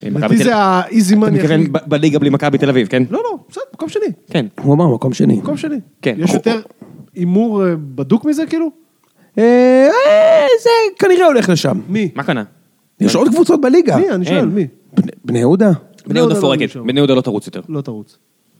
אתה מתכוון בליגה בלי מכבי תל אביב, כן? לא, לא, בסדר, במקום שני. כן, הוא אמר במקום שני. במקום שני. יש יותר הימור בדוק מזה, כאילו? אההה, זה כנראה הולך לשם. מי? מה קנה? יש עוד קבוצות בליגה. מי, אני שואל, מי? בני יהודה. בני יהודה מפורקת. בני יהודה לא תרוץ יותר. לא תרוץ.